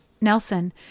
Nelson